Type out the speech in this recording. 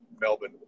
Melbourne